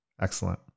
excellent